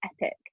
epic